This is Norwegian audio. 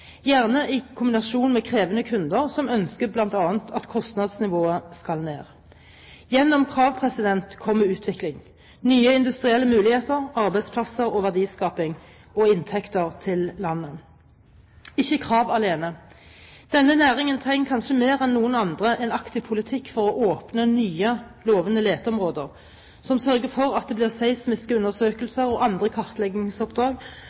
gjerne i kombinasjon med krevende kunder, som bl.a. ønsker at kostnadsnivået skal ned. Gjennom krav kommer utvikling, nye industrielle muligheter, arbeidsplasser, verdiskaping og inntekter til landet. Denne næringen trenger ikke krav alene. Denne næringen trenger kanskje mer enn noen andre en aktiv politikk for å åpne nye, lovende leteområder som sørger for at det blir